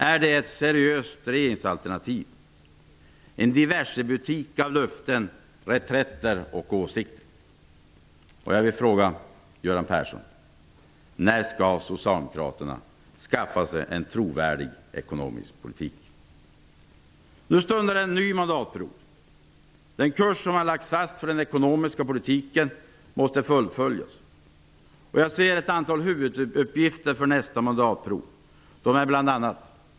Är det ett seriöst regeringsalternativ -- en diversebutik av löften, reträtter och åsikter? Nu stundar en ny mandatperiod. Den kurs som har lagts fast för den ekonomiska politiken måste fullföljas. Jag ser ett antal huvuduppgifter för nästa mandatperiod. De är bl.a. följande.